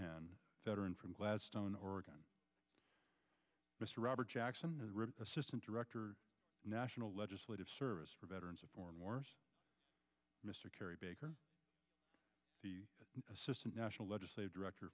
veteran from gladstone oregon mr robert jackson assistant director national legislative service for veterans of foreign wars mr kerry baker the assistant national legislative director